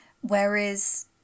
Whereas